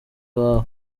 wawe